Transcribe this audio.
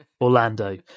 Orlando